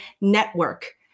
network